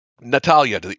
Natalia